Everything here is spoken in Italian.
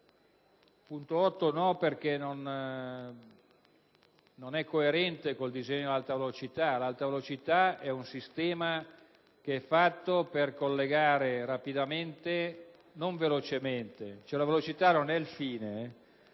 sull'ottavo, perché non è coerente con il disegno dell'Alta velocità. L'Alta velocità è un sistema pensato per collegare rapidamente, non velocemente: la velocità non è il fine,